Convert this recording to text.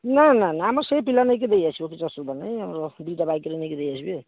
ନା ନା ନା ଆମର ସେଇ ପିଲା ନେଇକି ଦେଇ ଆସିବ କିଛି ଅସୁବିଧା ନାହିଁ ଆମର ଦୁଇ'ଟା ବାଇକ୍ ହେଲେ ନେଇକି ଦେଇ ଆସିବେ ଆଉ